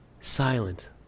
silent